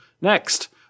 Next